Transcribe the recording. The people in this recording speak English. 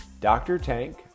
drtank